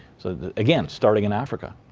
again starting in africa.